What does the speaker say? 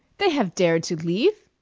they have dared to leave?